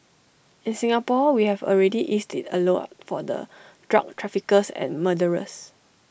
in Singapore we have already eased IT A lot for the drug traffickers and murderers